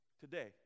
today